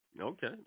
Okay